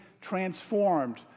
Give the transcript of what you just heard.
transformed